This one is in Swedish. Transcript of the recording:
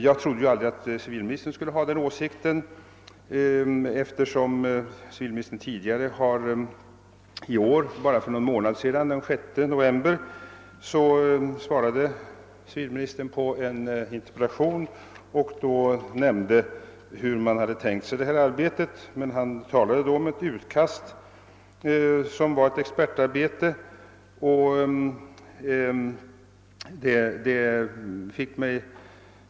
Jag trodde aldrig att civilministern skulle ha den åsikten, eftersom civilministern så sent som den 6 november i år, då han svarade på en interpellation, nämnde hur man hade tänkt sig detta arbete. Han talade då om ett utkast som var ett expertarbete.